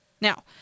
Now